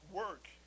work